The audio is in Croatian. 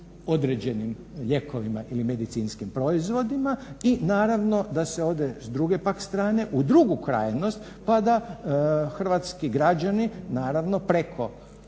određenim lijekovima ili medicinskim proizvodima. I naravno da se ode s druge pak strane u drugu krajnost pa da hrvatski građani naravno preko